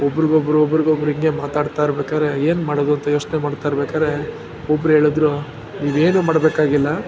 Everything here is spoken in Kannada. ಒಬ್ರಿಗೊಬ್ಬರು ಒಬ್ರಿಗೊಬ್ಬರು ಹೀಗೆ ಮಾತಾಡ್ತಾರ್ಬೇಕಾದ್ರೆ ಏನ್ಮಾಡೋದು ಅಂತ ಯೋಚನೆ ಮಾಡ್ತಾಯಿರ್ಬೇಕಾದ್ರೆ ಒಬ್ರು ಹೇಳಿದ್ರು ನೀವೇನೂ ಮಾಡಬೇಕಾಗಿಲ್ಲ